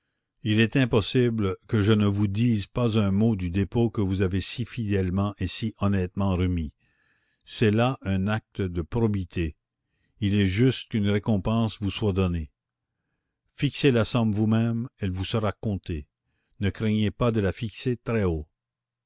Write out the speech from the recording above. il est impossible que je ne vous dise pas un mot du dépôt que vous avez si fidèlement et si honnêtement remis c'est là un acte de probité il est juste qu'une récompense vous soit donnée fixez la somme vous-même elle vous sera comptée ne craignez pas de la fixer très haut